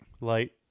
Light